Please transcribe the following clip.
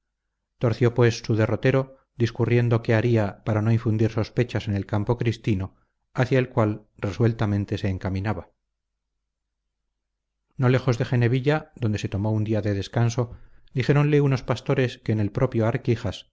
torció pues su derrotero discurriendo qué haría para no infundir sospechas en el campo cristino hacia el cual resueltamente se encaminaba no lejos de genevilla donde se tomó un día de descanso dijéronle unos pastores que en el propio